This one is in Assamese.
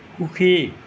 সুখী